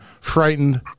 frightened